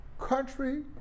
country